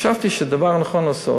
חשבתי שהדבר הנכון לעשות,